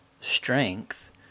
strength